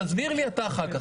תסביר לי אתה אחר כך,